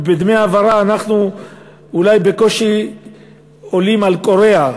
ובדמי הבראה אנחנו אולי בקושי עולים על קוריאה,